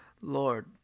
Lord